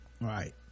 Right